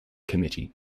committee